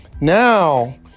now